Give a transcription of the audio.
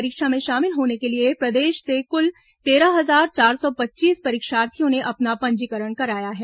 परीक्षा में शामिल होने के लिए प्रदेश से कुल तेरह हजार चार सौ पच्चीस परीक्षार्थियों ने अपना पंजीकरण कराया है